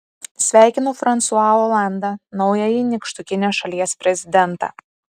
sveikinu fransua olandą naująjį nykštukinės šalies prezidentą